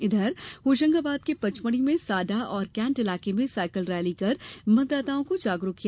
इधर होशंगाबाद के पचमढ़ी में साडा और कैंट इलाके में साइकिल रैली कर मतदाताओं को जागरुक किया